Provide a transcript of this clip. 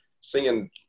singing